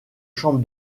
chambre